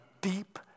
deep